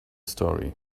story